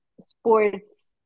sports